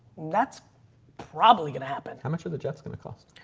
that's probably going to happen. how much of the jetts going to cost?